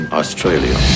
australia